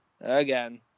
again